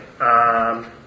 Okay